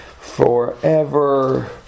forever